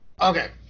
okay